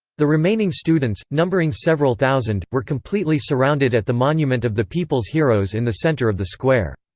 the remaining students, numbering several thousand, were completely surrounded at the monument of the people's heroes in the center of the square.